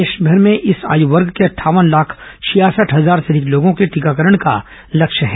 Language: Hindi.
प्रदेशमर में इस आयु वर्ग के अंठावन लाख छियासठ हजार से अधिक लोगों के टीकाकरण का लक्ष्य है